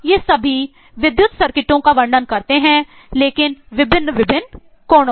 ये सभी मॉडल का वर्णन करते हैं लेकिन विभिन्न विभिन्न कोणों से